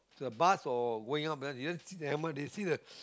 the bus or going up ah they don't see the hammer they see the